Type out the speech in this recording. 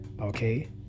Okay